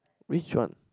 which one